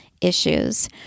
issues